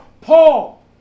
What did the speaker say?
Paul